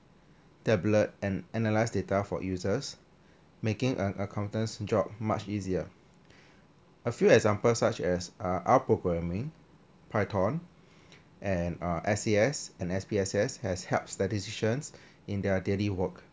tablet and analyse data for users making an accountant's job much easier a few examples such as uh our programming python and uh S C S and S P S S has helped their decisions in their daily work